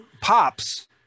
pops